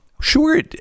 Sure